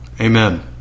Amen